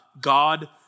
God